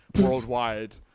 worldwide